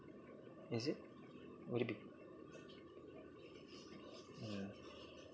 is it would it be mm